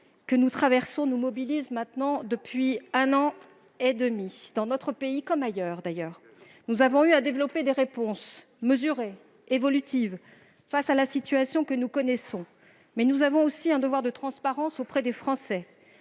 que nous traversons nous mobilise maintenant depuis un an et demi, en France comme ailleurs. Nous avons eu à développer des réponses mesurées et évolutives face à la situation que nous connaissons, mais nous avons aussi un devoir de transparence vis-à-vis des Français.